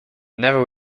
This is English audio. never